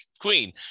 Queen